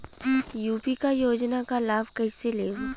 UP क योजना क लाभ कइसे लेब?